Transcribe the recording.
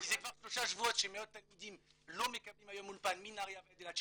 כי זה כבר שלושה שבועות שמאות תלמידים לא מקבלים אולפן מנהריה ועד אילת,